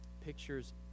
pictures